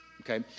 Okay